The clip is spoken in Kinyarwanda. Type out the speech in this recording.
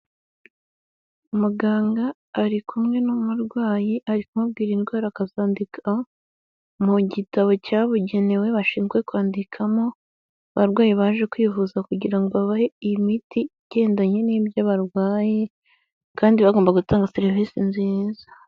Muganga ari kumwe n'umurwayi ari kumubwira indwara akazandika mu gitabo cyabugenewe bashinzwe kwandikamo abarwayi baje kwivuza kugira ngo babahe imiti igendanye n'ibyo barwaye kandi bagomba gutanga serivisi nziza.